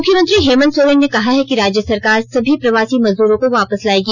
मुख्यमंत्री हेमंत सोरेन ने कहा है कि राज्य सरकार सभी प्रवासी मजदूरों को वापस लायेगी